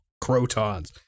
Crotons